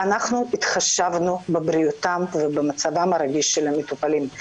אנחנו התחשבנו בבריאותם ובמצבם הרגיש של המטופלים.